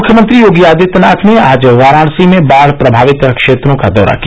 मुख्यमंत्री योगी आदित्यनाथ ने आज वाराणसी में बाढ़ प्रभावित क्षेत्रों का दौरा किया